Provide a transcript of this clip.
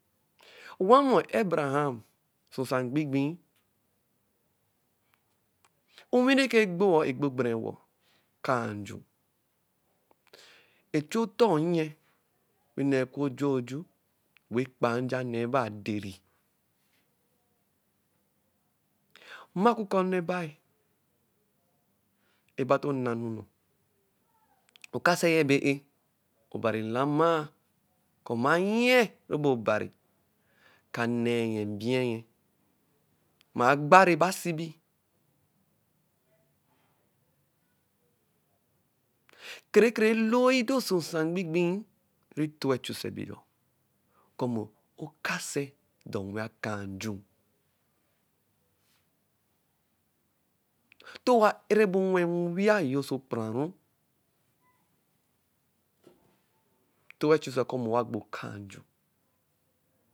Owa-mɔ, Abraham ɔsɔ nsa mgbigbii, onwi nɛkɛ gbo-ɔ, egbo gberewɔr? Akaa nju. Echu ɔtɔɔ nyɛ wɛ nɛɛ oku oju-oju, wɛ kpa-a nja nɛɛba adɛri. Mma-ku eka ɔnɛ bai ɛba to-o na-enunɔ?okasɛ yɛ bɛ e-e? Oban lama kɔ ma ayɛ rɛ bɛ-ɛ oban eka nɛɛ yɛ mbio-ɛ yɛ. Mɛ agba rɛba sibi. Ekere ekere eloi dɔsɔ nsa mgbimgbii, rɛ to-ɛ chusɛ bɛ ɛ-ɛ? Kɔ mɔ ɔkasɛ dɔ nwɛ akaa nju. Ntɔ owa ɛra-ebo nwɛ awia yo oso okpuraru, tu-e chusɛ kɔ mɛ owa gbo aka-a nju.